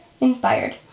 inspired